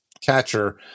catcher